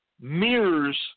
mirrors